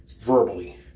verbally